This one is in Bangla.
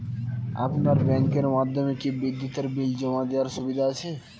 আপনার ব্যাংকের মাধ্যমে কি বিদ্যুতের বিল জমা দেওয়ার সুবিধা রয়েছে?